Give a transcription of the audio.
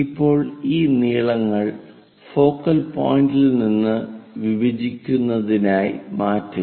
ഇപ്പോൾ ഈ നീളങ്ങൾ ഫോക്കൽ പോയിന്റിൽ നിന്ന് വിഭജിക്കുന്നതിനായി മാറ്റുക